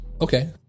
Okay